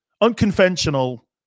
unconventional